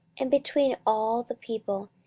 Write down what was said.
and between all the people,